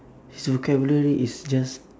his vocabulary is just